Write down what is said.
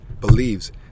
believes